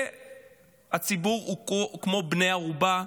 והציבור הוא כמו בני הערובה,